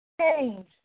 change